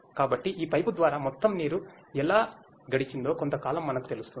కాబట్టి ఈ పైపు ద్వారా మొత్తం నీరు ఎలా గడిచిందో కొంతకాలం మనకు తెలుస్తుంది